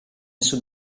sud